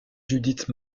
judith